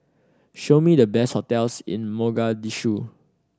show me the best hotels in Mogadishu